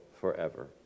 forever